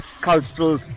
cultural